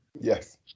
Yes